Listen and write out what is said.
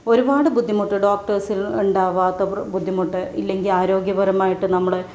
ഒരുപാട് ബുദ്ധിമുട്ട് ഡോക്ടേഴ്സ് ഉണ്ടാവാത്ത ബുദ്ധിമുട്ട് ഇല്ലെങ്കിൽ ആരോഗ്യപരമായിട്ട് നമ്മൾ